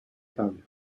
tabla